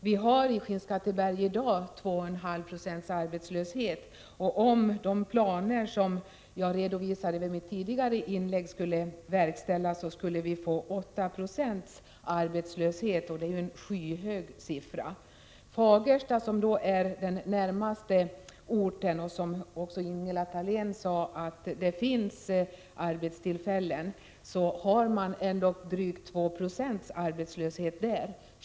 Vi har i Skinnskatteberg i dag 2,5 96 arbetslöshet, och om de planer som jag redovisade i mitt tidigare inlägg skulle verkställas skulle vi få 8 2 arbetslöshet, och det är en skyhög siffra. I Fagersta, som är den närmaste orten och där det, som Ingela Thalén sade, finns arbetstillfällen, har man ändock drygt 2 96 arbetslöshet.